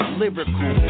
lyrical